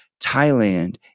Thailand